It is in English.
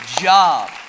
job